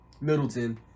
Middleton